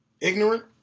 Ignorant